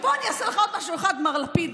בוא אני אעשה לך עוד משהו אחד, מר לפיד.